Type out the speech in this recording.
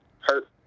hurt